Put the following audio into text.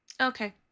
Okay